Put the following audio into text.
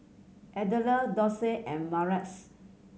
Adelle Dorsey and Martez